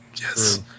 Yes